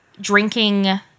drinking